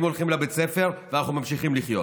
הולכים לבית ספר ואנחנו ממשיכים לחיות,